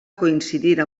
coincidir